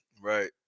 right